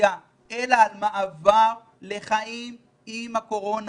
אלא על מעבר לחיים עם הקורונה.